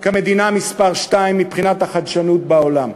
כמדינה מספר שתיים מבחינת החדשנות בעולם.